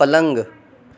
پلنگ